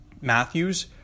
Matthews